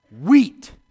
wheat